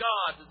God